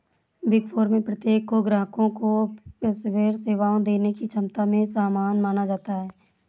big four में प्रत्येक को ग्राहकों को पेशेवर सेवाएं देने की क्षमता में समान माना जाता है